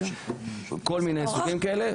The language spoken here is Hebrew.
וכל מיני סוגים כאלה.